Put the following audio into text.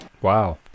Wow